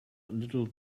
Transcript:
little